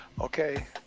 okay